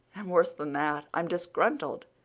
and, worse than that, i'm disgruntled.